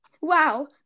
Wow